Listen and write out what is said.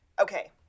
Okay